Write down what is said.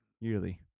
Yearly